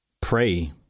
Pray